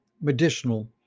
Medicinal